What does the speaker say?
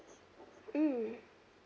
mm